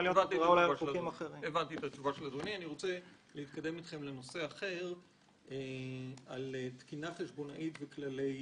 אני רוצה להתקדם לנושא של תקינה חשבונאית וכללי דיווח,